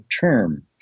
term